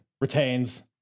retains